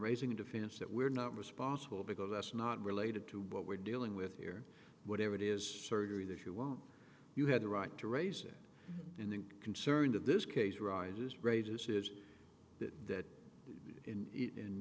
raising a defense that we're not responsible because that's not related to what we're dealing with here whatever it is surgery that you won't you have the right to raise it in the concern that this case arises rages is that in